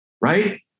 right